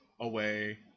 away